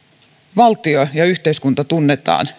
valtio ja yhteiskunta tunnetaan